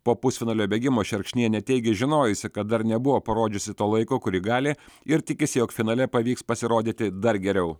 po pusfinalio bėgimo šerkšnienė teigė žinojusi kad dar nebuvo parodžiusi to laiko kurį gali ir tikisi jog finale pavyks pasirodyti dar geriau